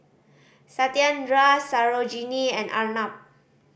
Satyendra Sarojini and Arnab